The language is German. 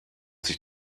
sich